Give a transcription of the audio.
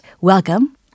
Welcome